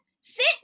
sit